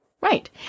Right